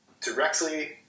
directly